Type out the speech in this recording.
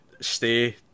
stay